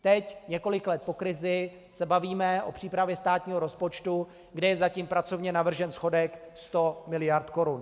Teď, několik let po krizi, se bavíme o přípravě státního rozpočtu, kde je zatím pracovně navržen schodek 100 mld. korun.